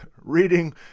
reading